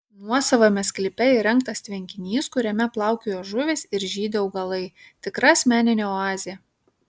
nuosavame sklype įrengtas tvenkinys kuriame plaukioja žuvys ir žydi augalai tikra asmeninė oazė